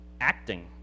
acting